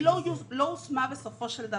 ולא יושמה בסופו של דבר.